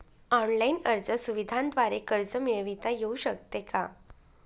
Online अर्ज सुविधांद्वारे कर्ज मिळविता येऊ शकते का?